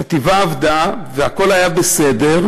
החטיבה עבדה והכול היה בסדר,